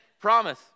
promise